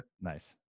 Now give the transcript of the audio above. Nice